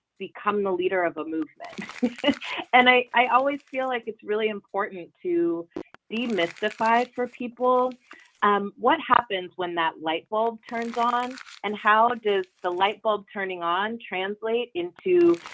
become the leader of a movement and i i always feel like it's really important to be mystified for people um what happens when that light bulb turns on and how does the light bulb turning on translate into?